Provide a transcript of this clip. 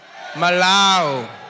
Malau